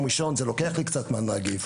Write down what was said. ראשון זה לוקח לאוניברסיטה קצת זמן להגיב.